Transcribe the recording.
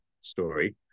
story